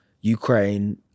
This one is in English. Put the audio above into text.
Ukraine